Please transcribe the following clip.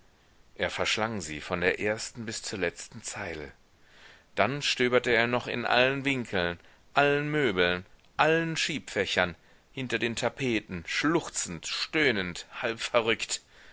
er verschlang sie von der ersten bis zur letzten zeile dann stöberte er noch in allen winkeln allen möbeln allen schiebfächern hinter den tapeten schluchzend stöhnend halbverrückt